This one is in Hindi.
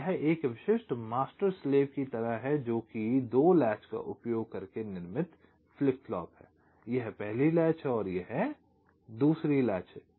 तो यह एक विशिष्ट मास्टर स्लेव की तरह है जो कि दो लैच का उपयोग करके निर्मित फ्लिप फ्लॉप है यह पहली लैचहै यह दूसरी लैच है